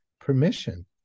permission